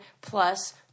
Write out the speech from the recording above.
plus